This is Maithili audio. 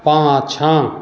पाछाँ